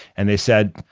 and they said,